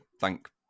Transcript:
thank